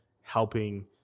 helping